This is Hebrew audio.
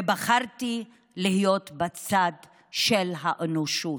ובחרתי להיות לצד האנושות.